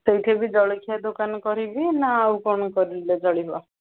ସେଇଠି ବି ଜଳଖିଆ ଦୋକାନ କରିବି ନା ଆଉ କ'ଣ କରିଲେ ଚଳିବ